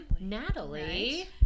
Natalie